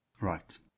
Right